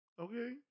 Okay